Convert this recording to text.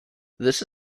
this